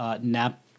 Nap